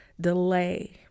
delay